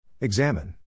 Examine